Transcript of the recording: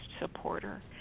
supporter